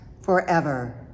forever